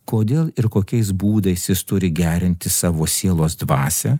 kodėl ir kokiais būdais jis turi gerinti savo sielos dvasią